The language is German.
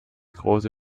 große